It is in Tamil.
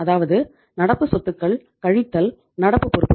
அதாவது நடப்பு சொத்துக்கள் கழித்தல் நடப்பு பொறுப்புகள்